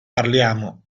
parliamo